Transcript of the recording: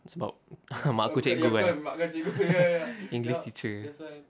sebab mak aku english teacher